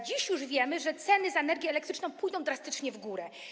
Dziś już wiemy, że ceny za energię elektryczną pójdą drastycznie w górę.